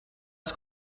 das